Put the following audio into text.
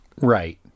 Right